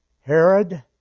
Herod